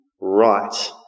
right